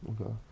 okay